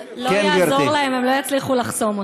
לא יעזור להם, הם לא יצליחו לחסום אותי.